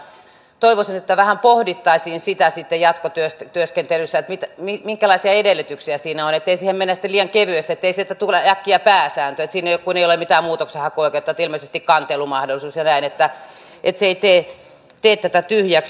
toivoisin että vähän pohdittaisiin sitten jatkotyöskentelyssä minkälaisia edellytyksiä siinä on ja että siihen ei mennä sitten liian kevyesti ettei siitä tule äkkiä pääsääntö siinä kun ei ole mitään muutoksenhakuoikeutta ilmeisesti kantelumahdollisuus ja näin ja että se ei tee tätä tyhjäksi